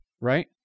Right